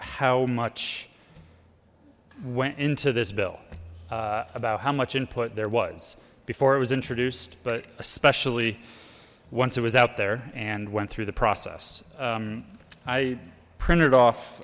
how much went into this bill about how much input there was before it was introduced but especially once it was out there and went through the process i printed off